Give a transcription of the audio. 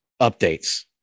updates